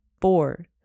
four